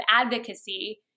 advocacy